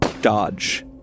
Dodge